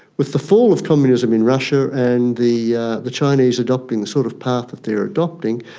with the fall of communism in russia and the yeah the chinese adopting the sort of path that they are adopting,